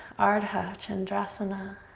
ardha chandrasana.